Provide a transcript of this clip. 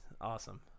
Awesome